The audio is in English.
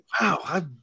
Wow